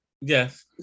yes